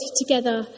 together